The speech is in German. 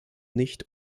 nicht